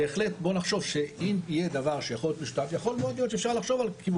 הרי בואו נחשוב על נקודה אחרת,